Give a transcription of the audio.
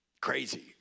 crazy